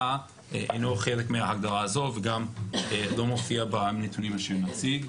אינו חלק מההגדרה הזו וגם לא מופיע בנתונים שנציג.